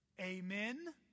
Amen